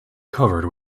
covered